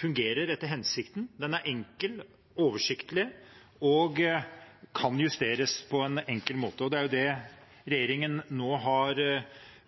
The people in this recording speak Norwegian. fungerer etter hensikten. Den er enkel, oversiktlig og kan justeres på en enkel måte. Det er det regjeringen har